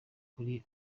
kuri